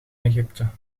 egypte